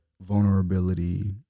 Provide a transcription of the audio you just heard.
vulnerability